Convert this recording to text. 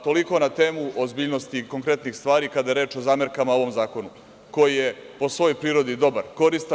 Toliko na temu ozbiljnosti i konkretnih stvari kada je reč o zamerkama o ovom zakonu koji je po svoj prirodi dobar, koristan.